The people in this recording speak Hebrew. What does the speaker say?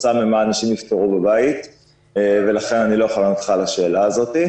כתוצאה ממה אנשים נפטרו בבית ולכן אני לא יכול לענות לך על השאלה הזאת.